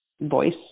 voice